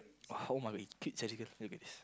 at home I will eat